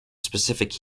specific